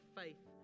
faith